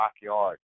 backyard